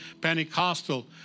Pentecostal